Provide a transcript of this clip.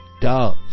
Duh